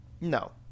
No